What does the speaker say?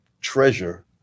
treasure